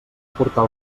aportar